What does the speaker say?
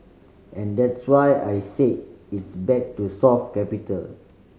and that's why I say it's back to soft capital